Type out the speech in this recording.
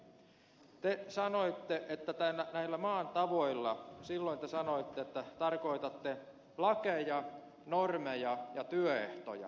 silloin te sanoitte että näillä maan tavoilla tarkoitatte lakeja normeja ja työehtoja